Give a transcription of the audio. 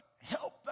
help